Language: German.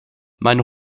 meine